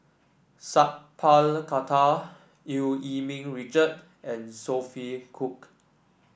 Sat Pal Khattar Eu Yee Ming Richard and Sophia Cooke